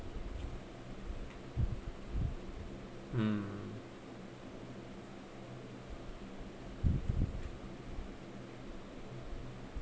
mm